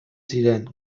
ziren